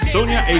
Sonia